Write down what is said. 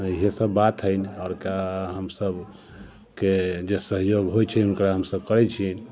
इएहे सभ बात है आओर किआ हम सभके जे सहयोग होइ छै हुनकर हम सभ करै छियनि